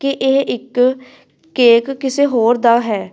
ਕਿ ਇਹ ਇੱਕ ਕੇਕ ਕਿਸੇ ਹੋਰ ਦਾ ਹੈ